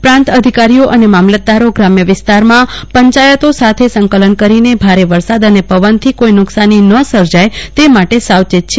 જિલ્લા કલેકટર સૂચનાથો પ્રાતઅધિકારીઓ અને મામલતદારો ગ્રામ્યવિસ્તારમાં પંચાયતો સાથે સંકલન કરોને ભારે વરસાદ અને પવનથી કોઈ નુકશાની ન સર્જાય તે માટે સાવચેત છે